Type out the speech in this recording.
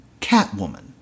Catwoman